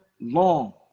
long